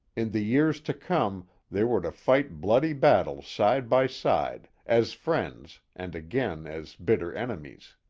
in the years to come they were to fight bloody battles side by side, as friends, and again as bitter enemies.